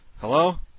Hello